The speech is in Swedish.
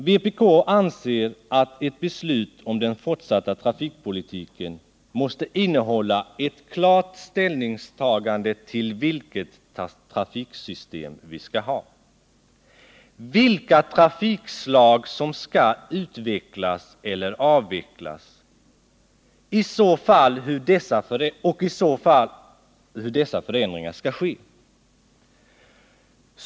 Vpk anser att ett beslut om den fortsatta trafikpolitiken måste innehålla ett klart ställningstagande till vilket trafiksystem vi skall ha, vilka trafikslag som skall utvecklas eller avvecklas och i så fall hur dessa förändringar skall ske.